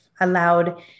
allowed